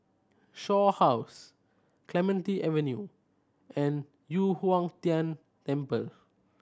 Shaw House Clementi Avenue and Yu Huang Tian Temple